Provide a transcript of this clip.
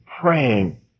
praying